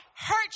hurt